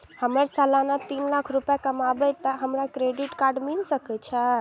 हमर सालाना तीन लाख रुपए कमाबे ते हमरा क्रेडिट कार्ड मिल सके छे?